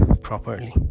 properly